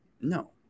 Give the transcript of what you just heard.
No